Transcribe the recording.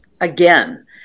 again